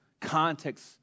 context